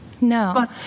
No